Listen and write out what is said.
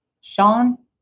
Sean